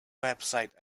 website